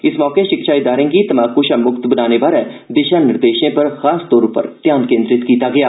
इस मौके शिक्षा इदारें गी तम्बाकू शा मुक्त बनाने बारै दिशा निर्देशें पर खास तौर उप्पर ध्यान केन्द्रित कीता गेआ